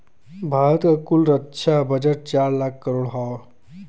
भारत क कुल रक्षा बजट चार लाख करोड़ हौ